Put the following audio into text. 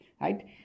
right